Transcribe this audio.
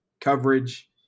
coverage